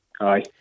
Aye